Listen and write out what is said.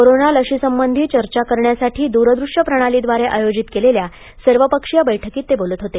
corona लशीसंबंधी चर्चा करण्यासाठी दूरदृष्य प्रणालीद्वारे आयोजित केलेल्या सर्वपक्षीय बैठकीत ते बोलत होते